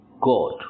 God